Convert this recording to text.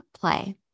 play